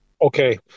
Okay